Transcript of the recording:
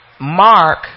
Mark